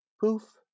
poof